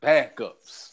Backups